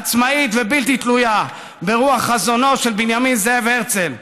עצמאית ובלתי תלויה ברוח חזונו של בנימין זאב הרצל.